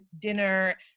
dinner